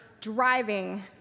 driving